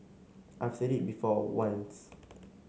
I've said it before once